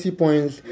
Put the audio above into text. points